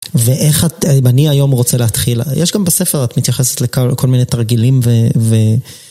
ואיך את, אם אני היום רוצה להתחיל, יש גם בספר את מתייחסת לכל מיני תרגילים ו...